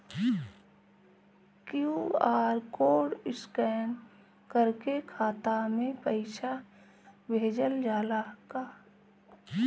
QR code scan करके खाता में पैसा भेजल जाला का?